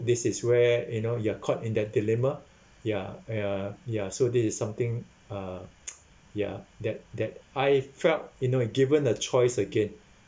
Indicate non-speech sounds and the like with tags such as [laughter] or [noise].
this is where you know you are caught in that dilemma [breath] ya ya ya so this is something uh [noise] ya that that I felt you know given the choice again